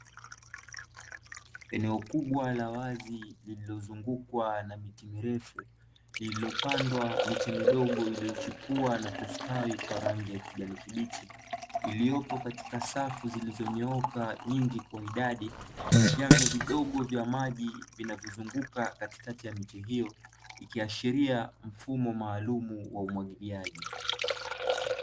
Eneo kubwa la wazi lililozungukwa na miti mirefu lililopandwa miche midogo iliyochipua na kustawi kwa rangi ya kijani kibichi, iliyopo katika safu zilizonyooka nyingi kwa idadi na vyanzo vidogo vya maji vinavyozunguka katikati ya miche hiyo ikiashiria mfumo maalumu wa umwagiliaji.